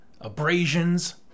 abrasions